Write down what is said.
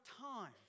time